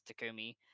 Takumi